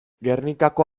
gernikako